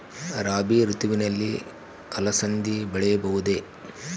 ರಾಭಿ ಋತುವಿನಲ್ಲಿ ಅಲಸಂದಿ ಬೆಳೆಯಬಹುದೆ?